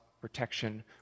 protection